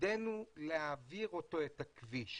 תפקידנו להעביר את הנושא את הכביש